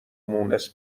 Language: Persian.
مونس